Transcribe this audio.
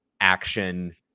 action